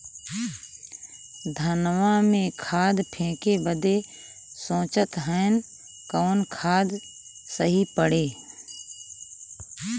धनवा में खाद फेंके बदे सोचत हैन कवन खाद सही पड़े?